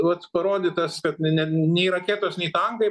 vat parodytas kad ne ne nei raketos nei tankai